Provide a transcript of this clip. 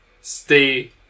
Stay